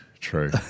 true